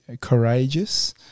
courageous